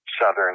southern